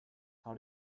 how